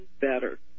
better